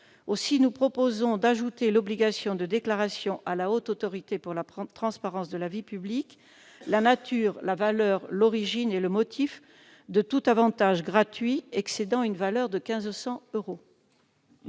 Ainsi, nous proposons d'ajouter l'obligation de déclaration à la Haute Autorité pour la transparence de la vie publique la nature, la valeur, l'origine et le motif de tout avantage gratuit excédant une valeur de 1 500 euros.